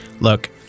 Look